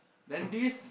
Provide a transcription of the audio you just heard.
then this